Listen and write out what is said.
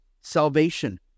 Salvation